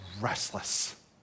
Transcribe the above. restless